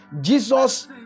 Jesus